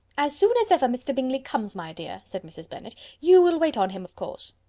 as soon as ever mr. bingley comes, my dear, said mrs. bennet, you will wait on him of course.